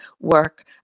work